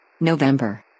November